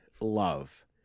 love